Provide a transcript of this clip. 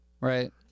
right